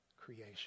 creation